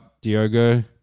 diogo